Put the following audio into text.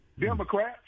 Democrats